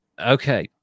Okay